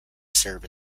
serve